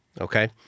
Okay